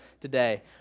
today